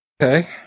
Okay